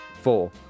four